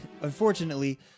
Unfortunately